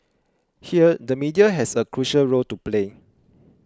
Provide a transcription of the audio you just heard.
here the media has a crucial role to play